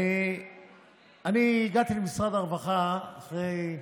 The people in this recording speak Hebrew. אני הגעתי למשרד הרווחה אחרי,